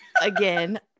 again